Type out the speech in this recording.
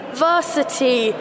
varsity